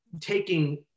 taking